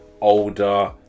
older